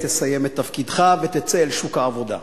תסיים את תפקידך ותצא אל שוק העבודה.